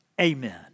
Amen